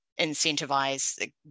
incentivize